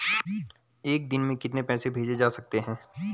एक दिन में कितने पैसे भेजे जा सकते हैं?